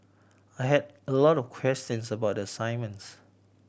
I had a lot of questions about the assignments